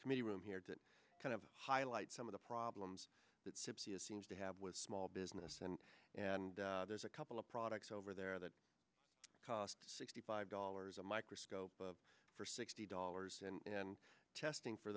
committee room here to kind of highlight some of the problems it seems to have with small business and and there's a couple of products over there that cost sixty five dollars a microscope for sixty dollars and then testing for